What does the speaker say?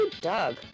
Doug